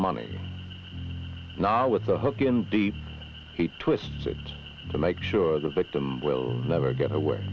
money now with the hook in deep he twists it to make sure the victim will never get away